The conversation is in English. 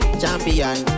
champion